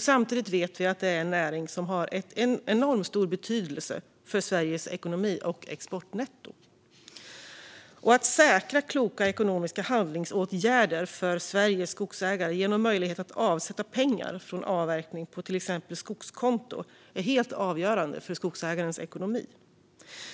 Samtidigt vet vi att det är en näring som har enormt stor betydelse för Sveriges ekonomi och exportnetto. Kloka ekonomiska handlingsåtgärder för Sveriges skogsägare, till exempel möjlighet att avsätta pengar från avverkning på skogskonto, är helt avgörande för skogsägarnas ekonomi.